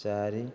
ଚାରି